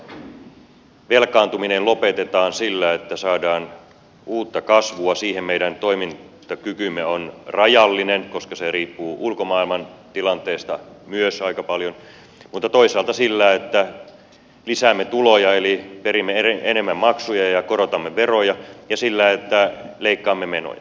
mutta velkaantuminen lopetetaan sillä että saadaan uutta kasvua siinä meidän toimintakykymme on rajallinen koska se riippuu myös ulkomaailman tilanteesta aika paljon toisaalta sillä että lisäämme tuloja eli perimme enemmän maksuja ja korotamme veroja ja sillä että leikkaamme menoja